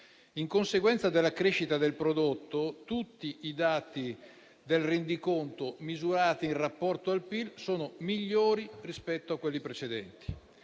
In conseguenza della crescita del prodotto, tutti i dati del rendiconto misurati in rapporto al PIL sono migliori rispetto a quelli precedenti.